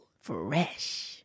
Fresh